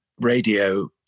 radio